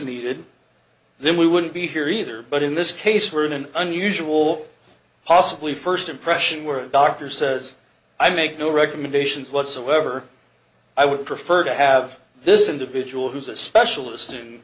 needed then we wouldn't be here either but in this case we're in an unusual possibly first impression where a doctor says i make no recommendations whatsoever i would prefer to have this individual who's a specialist